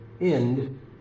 end